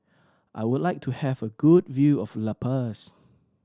I would like to have a good view of La Paz